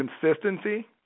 consistency